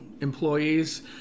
employees